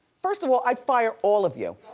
first of all, i'd fire all of you.